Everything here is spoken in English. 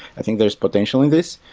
i think there's potential in this.